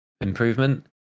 improvement